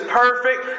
perfect